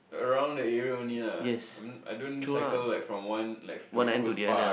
around the area only lah I I don't cycle like from one left to East-Coast-Park